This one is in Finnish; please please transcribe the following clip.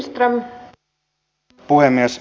arvoisa puhemies